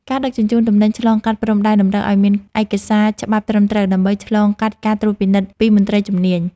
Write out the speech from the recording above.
ការដឹកជញ្ជូនទំនិញឆ្លងកាត់ព្រំដែនតម្រូវឱ្យមានឯកសារច្បាប់ត្រឹមត្រូវ ដើម្បីឆ្លងកាត់ការត្រួតពិនិត្យពីមន្ត្រីជំនាញ។